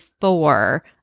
four